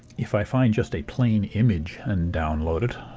if i find just a plain image and download it,